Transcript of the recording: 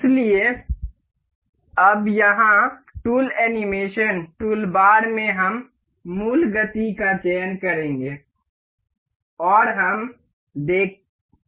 इसलिए अब यहां टूल एनीमेशन टूलबार में हम मूल गति का चयन करेंगे और हम खेलेंगे